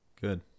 Good